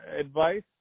advice